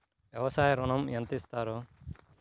వ్యవసాయ ఋణం ఎంత ఇస్తారు?